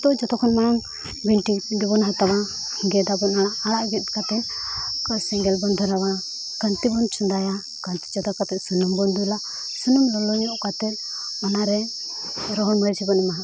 ᱱᱤᱛᱚᱜ ᱡᱚᱛᱚ ᱠᱷᱚᱱ ᱢᱟᱲᱟᱝ ᱵᱷᱤᱱᱴᱤ ᱜᱮᱵᱚᱱ ᱦᱟᱛᱟᱣᱟ ᱜᱮᱫᱟᱵᱚᱱ ᱟᱲᱟᱜ ᱟᱲᱟᱜ ᱜᱮᱫ ᱠᱟᱛᱮᱫ ᱥᱮᱸᱜᱮᱞ ᱵᱚᱱ ᱫᱷᱚᱨᱟᱣᱟ ᱠᱟᱱᱛᱤ ᱵᱚᱱ ᱪᱚᱸᱫᱟᱭᱟ ᱠᱟᱱᱛᱤ ᱪᱚᱸᱫᱟ ᱠᱟᱛᱮ ᱥᱩᱱᱩᱢ ᱵᱚᱱ ᱫᱩᱞᱟ ᱥᱩᱱᱩᱢ ᱞᱚᱞᱚ ᱧᱚᱜ ᱠᱟᱛᱮᱫ ᱚᱱᱟᱨᱮ ᱨᱚᱦᱚᱲ ᱢᱟᱹᱨᱤᱪ ᱵᱚᱱ ᱮᱢᱟ ᱦᱟᱜᱼᱟ